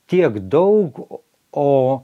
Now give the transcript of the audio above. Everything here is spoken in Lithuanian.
tiek daug o